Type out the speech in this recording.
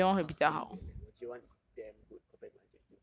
差很远 leh 我 J one is damn good compared to my J two